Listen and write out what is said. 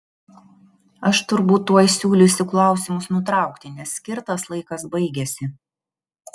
aš turbūt tuoj siūlysiu klausimus nutraukti nes skirtas laikas baigiasi